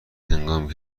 هنگامی